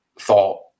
thought